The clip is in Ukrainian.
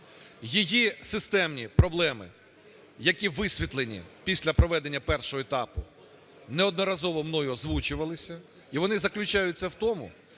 Її системні проблеми, які висвітлені після проведення першого етапу, неодноразовою мною озвучувалися і вонизаключаються в тому,